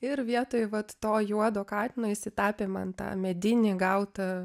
ir vietoj vat to juodo katino jisai tapė man tą medinį gautą